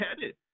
headed